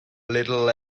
little